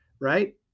right